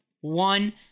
one